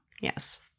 Yes